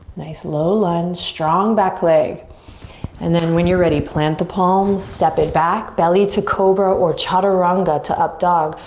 nice low lunge, strong back leg and then when you're ready plant the palms, step it back, belly to cobra or chaturanga to up dog.